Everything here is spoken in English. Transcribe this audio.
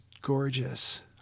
gorgeous